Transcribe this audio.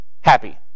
happy